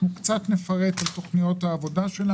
תכנית העבודה במשרד מבקר המדינה מבוססת על תכנית תלת שנתית של